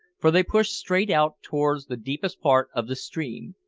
for they pushed straight out towards the deepest part of the stream.